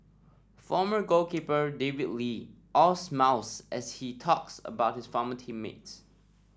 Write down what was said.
former goalkeeper David Lee all smiles as he talks about his former team mates